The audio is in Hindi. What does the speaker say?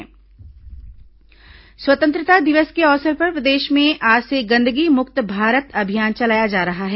गंदगी मुक्त भारत अभियान स्वतंत्रता दिवस के अवसर पर प्रदेश में आज से गंदगी मुक्त भारत अभियान चलाया जा रहा है